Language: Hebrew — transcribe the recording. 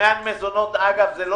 אפשר